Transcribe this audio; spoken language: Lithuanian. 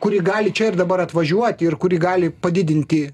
kuri gali čia ir dabar atvažiuoti ir kuri gali padidinti